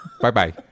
Bye-bye